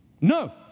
no